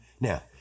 Now